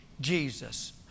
Jesus